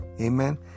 Amen